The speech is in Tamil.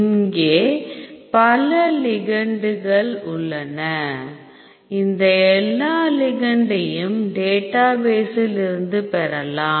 இங்கே பல லிகெண்டுகள் உள்ளன இந்த எல்லா லிகெண்டையும் சிங்க் டேட்டாபேஸில் இருந்து பெறலாம்